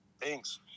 Thanks